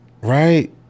right